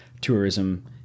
tourism